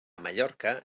mallorca